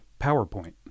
PowerPoint